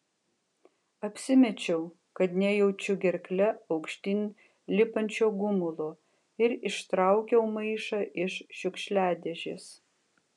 apsimečiau kad nejaučiu gerkle aukštyn lipančio gumulo ir ištraukiau maišą iš šiukšliadėžės